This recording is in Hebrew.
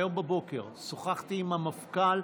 היום בבוקר שוחחתי עם המפכ"ל.